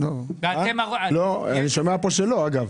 אני שומע כאן שהם לא בפנים.